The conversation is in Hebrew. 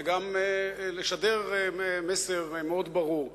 וגם לשדר מסר מאוד ברור.